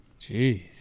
Jeez